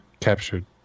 captured